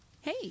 Hey